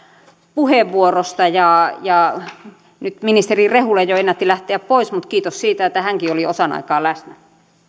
puheenvuorosta ja ja nyt ministeri rehula jo ennätti lähteä pois mutta kiitos siitä että hänkin oli osan aikaa läsnä